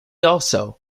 also